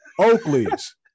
Oakley's